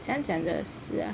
怎样怎样的事 ah